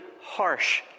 harsh